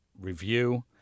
review